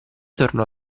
tornò